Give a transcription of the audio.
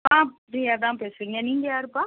ஆ ஃப்ரீயாதான் பேசுகிறீங்க நீங்கள் யாருப்பா